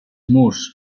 murs